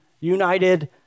united